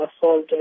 assault